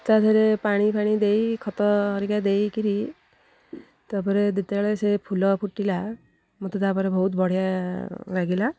ତା ଦେହରେ ପାଣି ଫାଣି ଦେଇ ଖତ ହରିକା ଦେଇକରି ତା'ପରେ ଯେତେବେଳେ ସେ ଫୁଲ ଫୁଟିଲା ମୋତେ ତା'ପରେ ବହୁତ ବଢ଼ିଆ ଲାଗିଲା